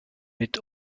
mit